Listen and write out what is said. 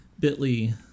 bit.ly